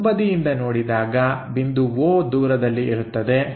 ಮುಂಬದಿಯಿಂದ ನೋಡಿದಾಗ ಬಿಂದು O ದೂರದಲ್ಲಿ ಇರುತ್ತದೆ